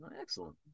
excellent